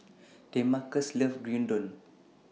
Demarcus loves Gyudon